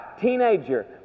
teenager